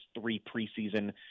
three-preseason